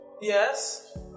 Yes